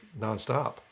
nonstop